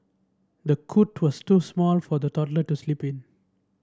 the cot was too small for the toddler to sleep in